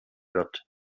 wird